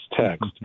text